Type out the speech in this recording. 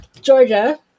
Georgia